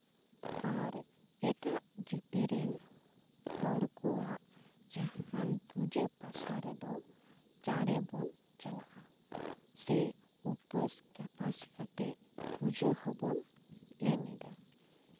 ᱟᱨ ᱮᱴᱟᱜ ᱡᱟᱹᱛᱤ ᱨᱮᱱ ᱦᱚᱲ ᱠᱚᱣᱟᱜ ᱡᱟᱦᱟᱱ ᱯᱩᱡᱟ ᱯᱟᱥᱟ ᱨᱮᱫᱚ ᱪᱟᱲᱮ ᱵᱚᱱ ᱪᱟᱞᱟᱜᱼᱟ ᱥᱮ ᱩᱯᱟᱹᱥ ᱠᱟᱯᱟᱥ ᱠᱟᱛᱮᱜ ᱯᱩᱡᱟᱹ ᱦᱚᱸᱵᱚᱱ ᱮᱢ ᱮᱫᱟ